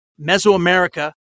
Mesoamerica